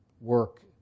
work